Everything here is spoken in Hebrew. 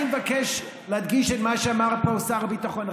אני מבקש להדגיש את מה שאמר פה שר הביטחון.